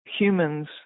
humans